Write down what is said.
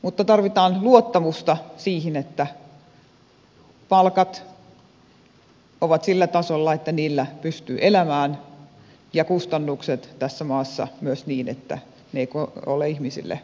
mutta tarvitaan luottamusta siihen että palkat ovat sillä tasolla että niillä pystyy elämään ja kustannukset tässä maassa myös niin että ne eivät ole ihmisille kohtuuttomia